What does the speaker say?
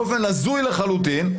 באופן הזוי לחלוטין,